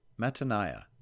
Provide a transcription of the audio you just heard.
Mataniah